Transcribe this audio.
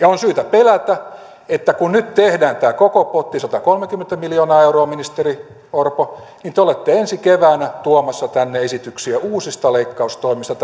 ja on syytä pelätä että kun nyt tehdään tämä koko potti satakolmekymmentä miljoonaa euroa ministeri orpo niin te olette ensi keväänä tuomassa tänne esityksiä uusista leikkaustoimista